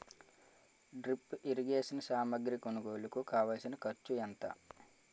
drip irrigation సామాగ్రి కొనుగోలుకు కావాల్సిన ఖర్చు ఎంత